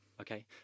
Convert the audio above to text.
okay